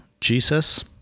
Jesus